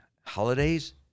holidays